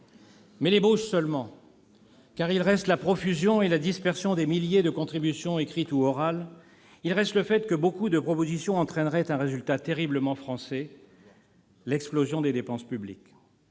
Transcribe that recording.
mais l'ébauche seulement, car il reste la profusion et la dispersion des milliers de contributions écrites ou orales. Il reste le fait que beaucoup de propositions entraîneraient, si elles étaient adoptées, un résultat terriblement français : l'explosion des dépenses publiques.